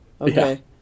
Okay